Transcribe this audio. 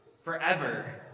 Forever